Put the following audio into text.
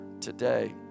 today